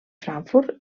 frankfurt